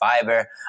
fiber